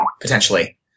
potentially